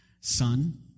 Son